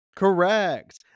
correct